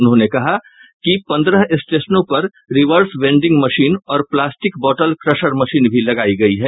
उन्होंने कहा कि पंद्रह स्टेशनों पर रिवर्स वेंडिंग मशीन और प्लास्टिक बॉटल क्रशर मशीन भी लगायी गयी है